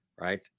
Right